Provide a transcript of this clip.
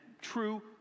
true